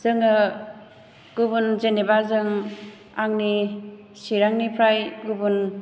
जोङो गुबुन जेनेबा जों आंनि चिरांनिफ्राय गुबुन